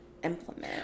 implement